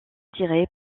tirés